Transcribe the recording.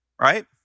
right